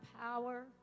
power